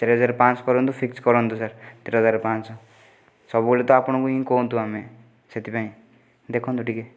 ଚାରିହଜାର ପାଞ୍ଚଶହ କରନ୍ତୁ ଫିକ୍ସ କରନ୍ତୁ ସାର୍ ଚାରିହଜାର ପାଞ୍ଚଶହ ସବୁବେଳେ ତ ଆପଣଙ୍କୁ ହିଁ କୁହନ୍ତୁ ଆମେ ସେଥିପାଇଁ ଦେଖନ୍ତୁ ଟିକିଏ